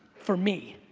for me.